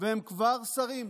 והם כבר שרים.